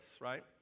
right